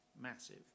massive